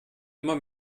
immer